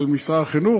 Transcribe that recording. על משרד החינוך,